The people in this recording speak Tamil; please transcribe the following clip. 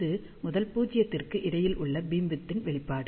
இது முதல் பூஜ்யத்திற்கு இடையில் உள்ள பீம்விட்த் ன் வெளிப்பாடு